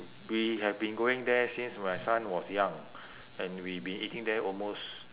we have been going there since my son was young and we've been eating there almost